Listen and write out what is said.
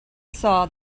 saw